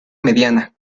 mediana